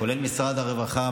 כולל משרד הרווחה,